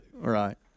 right